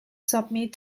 submit